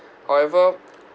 however